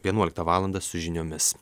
vienuoliktą valandą su žiniomis